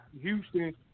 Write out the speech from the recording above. Houston